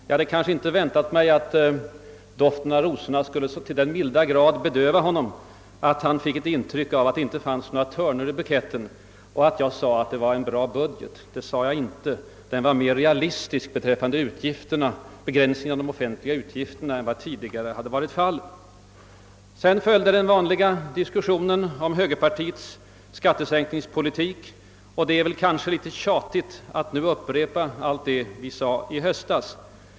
Men jag hade inte väntat mig att doften av rosorna så till den milda grad skulle bedöva honom att han fick intrycket att det inte fanns några törnen i buketten, att jag med andra ord tyckte det var »en bra budget». Det sade jag inte. Jag sade att budgeten är mer realistisk än vad tidigare varit fallet. Sedan kom finansministern med de vanliga argumenten rörande högerpartiets skattesänkningspolitik. Det blir kanske litet tjatigt att nu upprepa allt det som vi diskuterade i höstas.